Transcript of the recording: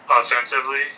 offensively